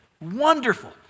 wonderful